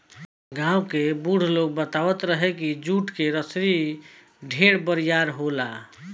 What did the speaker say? गांव के बुढ़ लोग बतावत रहे की जुट के बनल रसरी ढेर बरियार होला